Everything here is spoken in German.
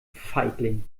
feigling